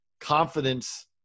confidence